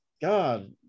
God